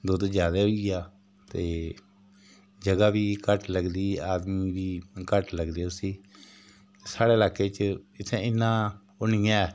दुद्ध ज्यादा होई गेआ ते जगह् बी घट्ट लगदी आदमी बी घट्ट लगदे उसी साढ़ै लाके च इत्थें इन्ना ओह् नेईं ऐ